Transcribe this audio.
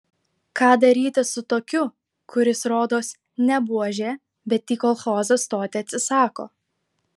ką daryti su tokiu kuris rodos ne buožė bet į kolchozą stoti atsisako